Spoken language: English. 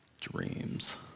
dreams